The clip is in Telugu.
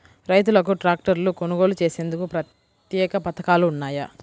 రైతులకు ట్రాక్టర్లు కొనుగోలు చేసేందుకు ప్రత్యేక పథకాలు ఉన్నాయా?